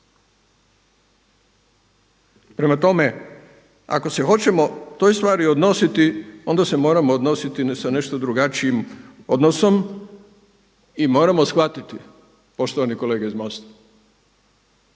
Prema tome, ako se hoćemo toj stvari odnositi, onda se moramo odnositi sa nešto drugačijim odnosom i moramo shvatiti poštovani kolege iz Mosta,